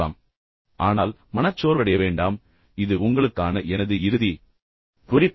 ஆனால் இதை நினைவில் கொள்ளுங்கள் மனச்சோர்வடைய வேண்டாம் இதை நினைவில் கொள்ளுங்கள் இது உங்களுக்கான எனது இறுதி குறிப்பு